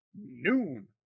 Noon